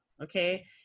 okay